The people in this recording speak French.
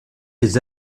les